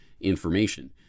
information